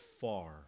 far